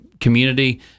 community